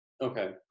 okay